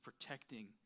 protecting